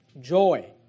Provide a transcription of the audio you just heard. Joy